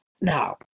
Now